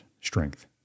strength